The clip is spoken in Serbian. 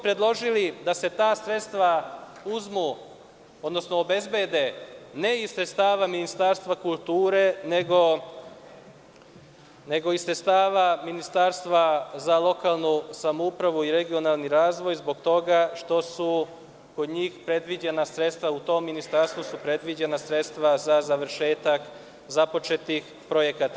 Predložili smo da se ta sredstva uzmu, odnosno obezbede ne iz sredstava Ministarstva kulture, nego iz sredstava Ministarstva za lokalnu samoupravu i regionalni razvoj, zbog toga što su kod njih predviđena sredstava, u tom ministarstvu su predviđena sredstva za završetak započetih projekata.